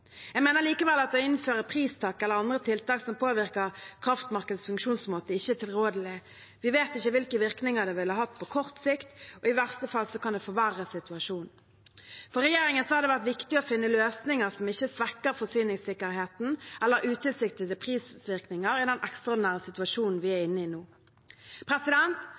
Jeg mener likevel at å innføre pristak eller andre tiltak som påvirker kraftmarkedets funksjonsmåte, ikke er tilrådelig. Vi vet ikke hvilke virkninger det ville hatt på kort sikt, og i verste fall kan det forverre situasjonen. For regjeringen har det vært viktig å finne løsninger som ikke svekker forsyningssikkerheten, eller har utilsiktede prisvirkninger i den ekstraordinære situasjonen vi er inne i nå.